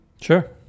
Sure